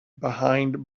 behind